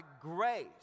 grace